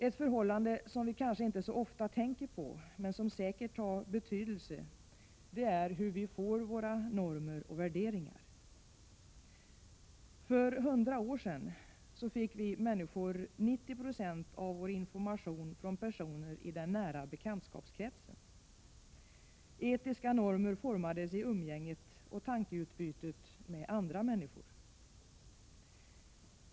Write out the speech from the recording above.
Ett förhållande som vi kanske inte så ofta tänker på men som säkert har betydelse är hur vi får våra normer och värderingar. För hundra år sedan fick människorna 90 96 av sin information från personer i den nära bekantskapskretsen. Etiska normer formades i umgänget och tankeutbytet med andra människor.